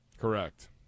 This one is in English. Correct